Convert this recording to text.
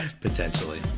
potentially